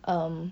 um